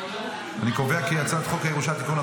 אני קובע כי הצעת חוק הירושה (תיקון,